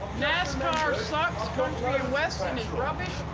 nascar sucks. country and western is rubbish?